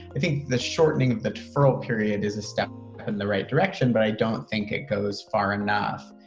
i think the shortening of the deferral period is a step in the right direction, but i don't think it goes far enough.